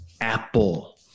Apple